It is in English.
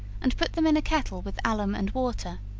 and put them in a kettle with alum and water,